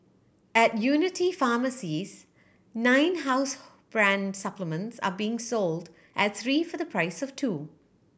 at Unity pharmacies nine house brand supplements are being sold at three for the price of two